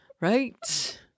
Right